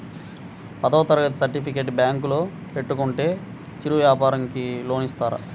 పదవ తరగతి సర్టిఫికేట్ బ్యాంకులో పెట్టుకుంటే చిరు వ్యాపారంకి లోన్ ఇస్తారా?